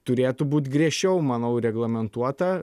turėtų būt griežčiau manau reglamentuota